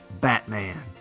Batman